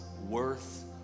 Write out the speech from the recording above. Worth